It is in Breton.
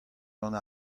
gant